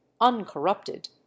uncorrupted